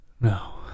No